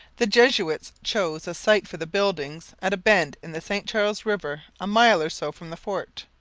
the jesuits chose a site for the buildings at a bend in the st charles river a mile or so from the fort.